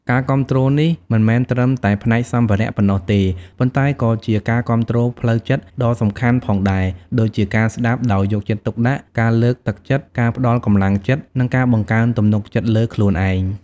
ការគាំទ្រនេះមិនមែនត្រឹមតែផ្នែកសម្ភារៈប៉ុណ្ណោះទេ ប៉ុន្តែក៏ជា ការគាំទ្រផ្លូវចិត្ត ដ៏សំខាន់ផងដែរ ដូចជាការស្ដាប់ដោយយកចិត្តទុកដាក់ ការលើកទឹកចិត្ត ការផ្ដល់កម្លាំងចិត្ត និងការបង្កើនទំនុកចិត្តលើខ្លួនឯង។